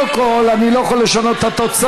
לפרוטוקול, אני לא יכול לשנות את התוצאה.